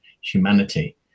humanity